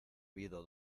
habido